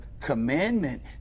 commandment